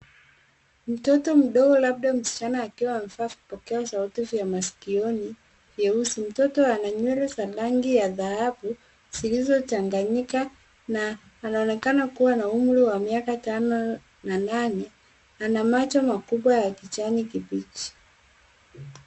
Mtoto mdogo labda msichana akiwa amevaa vipokeo sauti vya maskioni mieusi. Mtoto ana nywele za rangi ya dhahabu zilizochanganyika na anaonekana kuwa na umri wa miaka tano na nane. Ana macho makubwa ya kijani kibichi.